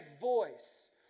voice